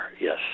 Yes